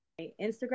Instagram